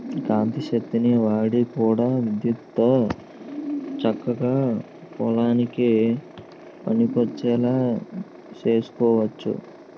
కాంతి శక్తిని వాడి కూడా విద్యుత్తుతో చక్కగా పొలానికి పనికొచ్చేలా సేసుకోవచ్చు